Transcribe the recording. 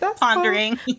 pondering